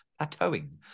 plateauing